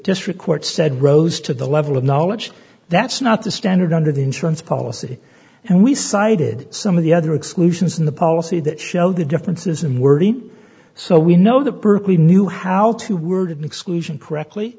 district court said rose to the level of knowledge that's not the standard under the insurance policy and we cited some of the other exclusions in the policy that show the differences in wording so we know that berkeley knew how to word an exclusion correctly